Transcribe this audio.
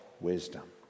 wisdom